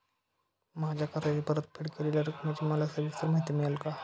माझ्या कर्जाची परतफेड केलेल्या रकमेची मला सविस्तर माहिती मिळेल का?